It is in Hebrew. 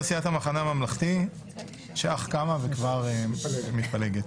סיעת המחנה הממלכתי שאך קמה וכבר מתפלגת.